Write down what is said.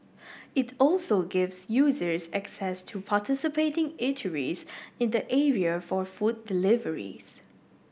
it also gives users access to participating eateries in the area for food deliveries